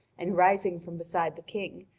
and rising from beside the king,